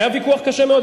היה ויכוח קשה מאוד.